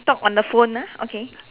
talk on the phone ah okay